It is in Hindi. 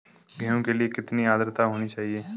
गेहूँ के लिए कितनी आद्रता होनी चाहिए?